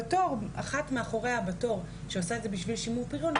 אחת מאחוריה בתור שעושה את זה למען שימור פריון,